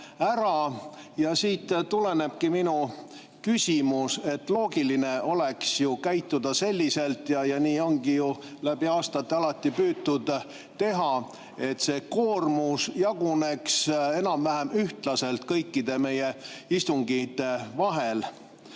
Ja siit tulenebki minu küsimus. Loogiline oleks ju käituda selliselt ja nii ongi läbi aastate alati püütud teha, et see koormus jaguneks enam-vähem ühtlaselt kõikide meie istungite vahel.